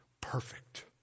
perfect